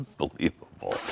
unbelievable